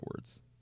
words